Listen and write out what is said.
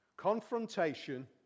Confrontation